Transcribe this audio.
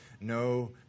No